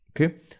Okay